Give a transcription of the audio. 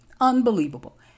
Unbelievable